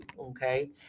okay